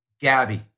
Gabby